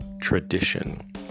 tradition